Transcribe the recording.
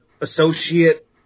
associate